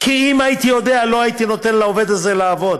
אם הייתי יודע, לא הייתי נותן לעובד הזה לעבוד.